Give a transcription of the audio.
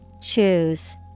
Choose